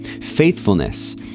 faithfulness